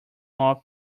more